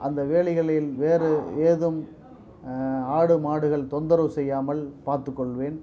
அந்த வேலிகளில் வேறு ஏதுவும் ஆடு மாடுகள் தொந்தரவு செய்யாமல் பார்த்துக்கொள்வேன்